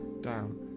down